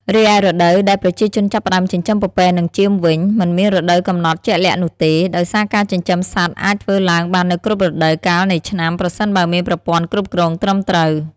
រីឯរដូវដែលប្រជាជនចាប់ផ្ដើមចិញ្ចឹមពពែនិងចៀមវិញ មិនមានរដូវកំណត់ជាក់លាក់នោះទេ ដោយសារការចិញ្ចឹមសត្វអាចធ្វើឡើងបាននៅគ្រប់រដូវកាលនៃឆ្នាំ ប្រសិនបើមានប្រព័ន្ធគ្រប់គ្រងត្រឹមត្រូវ។